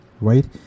right